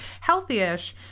healthy-ish